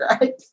right